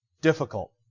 Difficult